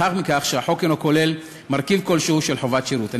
וכן מכך שהחוק אינו כולל מרכיב כלשהו של חובת שירות".